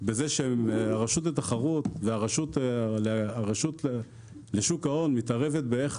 בזה שהרשות לתחרות והרשות לשוק ההון מתערבת איך